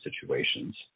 situations